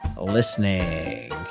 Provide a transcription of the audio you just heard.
listening